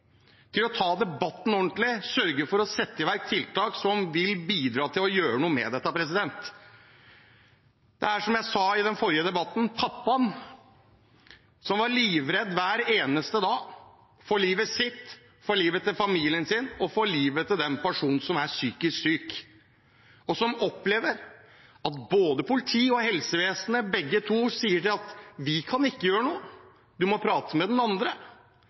til å ta debatten ordentlig og sørge for å sette i verk tiltak som vil bidra til å gjøre noe med dette. Som jeg sa i den forrige debatten: Pappaen var livredd hver eneste dag for livet sitt, for livet til familien sin og for livet til den personen som var psykisk syk. Han opplever at både politiet og helsevesenet – begge to – sier at de ikke kan gjøre noe, man må prate med den andre.